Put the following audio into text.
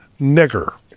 nigger